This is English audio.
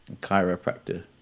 chiropractor